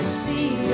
see